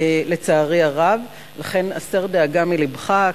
לצערי הרב, לכן, הסר דאגה מלבך.